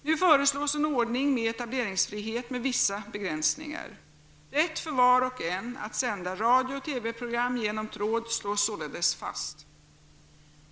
Nu föreslås en ordning med etableringsfrihet med vissa begränsningar. Rätt för var och en att sända radio och TV-program genom tråd slås således fast.